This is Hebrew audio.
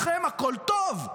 לכם הכול טוב.